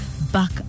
back